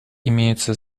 имеются